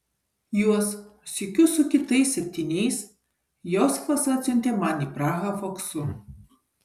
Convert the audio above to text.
juos sykiu su kitais septyniais josifas atsiuntė man į prahą faksu